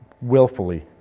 willfully